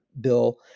bill